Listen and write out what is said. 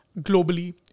globally